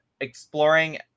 exploring